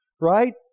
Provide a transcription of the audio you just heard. right